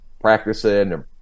practicing